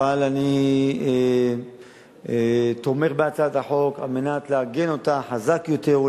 אבל אני תומך בהצעת החוק על מנת לעגן זאת חזק יותר,